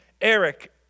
Eric